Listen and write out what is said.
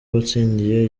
watsindiye